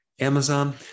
Amazon